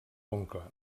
oncle